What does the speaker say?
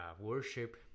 worship